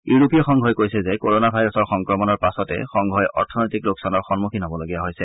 ইউৰোপীয় সংঘই কৈছে যে ক'ৰ'না ভাইৰাছৰ সংক্ৰমণৰ পাছতে সংঘই অৰ্থনৈতিক লোকচানৰ সম্মুখীন হ'বলগীয়া হৈছে